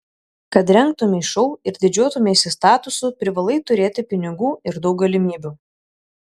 kad rengtumei šou ir didžiuotumeisi statusu privalai turėti pinigų ir daug galimybių